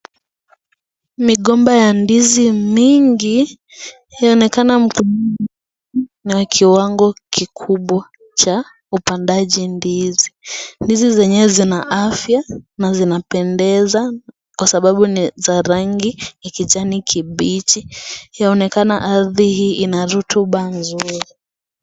Migomba ya ndizi mingi yanaonekana ishara ya kiwango kikubwa cha upandaji ndizi. Ndizi zenyewe zina afya na zinapendeza kwa sababu ni za rangi ya kijani kibichi. Yaonekana ardhi hii ina rutuba nzuri.